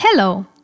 Hello